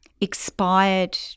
expired